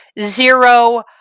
zero